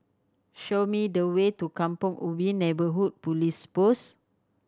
show me the way to Kampong Ubi Neighbourhood Police Post